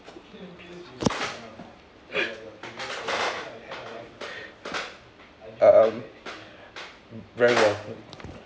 um very well